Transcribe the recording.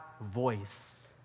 voice